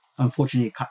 Unfortunately